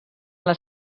les